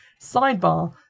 sidebar